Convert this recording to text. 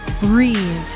Breathe